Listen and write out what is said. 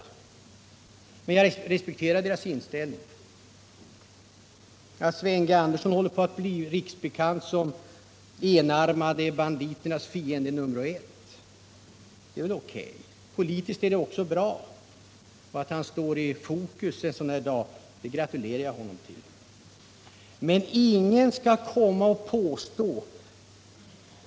Sven Andersson i Örebro håller på att bli riksbekant som ”de enarmade banditernas fiende nr 1”. Det är väl helt riktigt, och politiskt är det också bra. Jag gratulerar honom till att han i dag står i fokus.